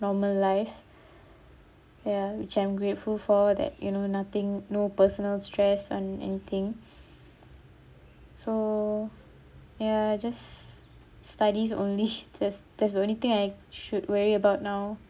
normal life ya which I'm grateful for that you know nothing no personal stress on anything so ya just studies only that's that's the only thing I should worry about now